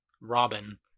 Robin